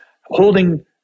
holding